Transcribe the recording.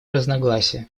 разногласия